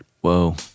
Whoa